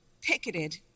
picketed